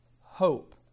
hope